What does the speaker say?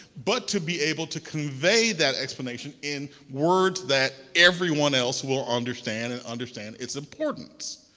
but to be able to convey that explanation in words that everyone else will understand and understand its importance.